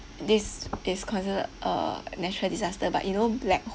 this is considered a natural disaster but you know black